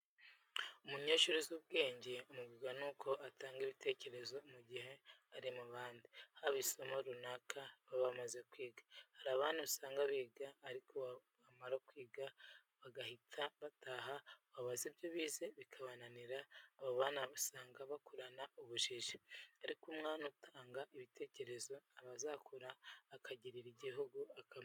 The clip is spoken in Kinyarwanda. Umunyeshuri uzi ubwenge umubwirwa nuko atanga ibitekerezo mu gihe ari mu bandi, haba isomo runaka baba bamaze kwiga. Hari abana usanga biga ariko bamara kwiga bagahita bataha wababaza ibyo bize bikabananira, abo bana usanga bakurana ubujiji, ariko umwana utanga ibitekerezo aba azakura akagirira igihugu akamaro.